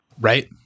right